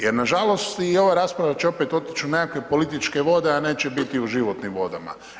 Jer nažalost i ova rasprava će opet otići u nekakve političke vode a neće biti u životnim vodama.